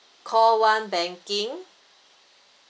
call one banking